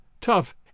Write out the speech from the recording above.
tough